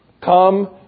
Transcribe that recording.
Come